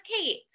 Kate